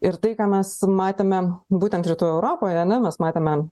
ir tai ką mes matėme būtent rytų europoje ane mes matėme